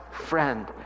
friend